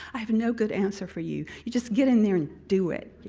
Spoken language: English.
i have no good answer for you. you just get in there and do it.